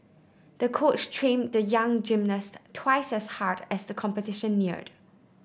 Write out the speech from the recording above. the coach trained the young gymnast twice as hard as the competition neared